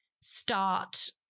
start